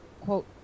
quote